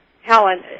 Helen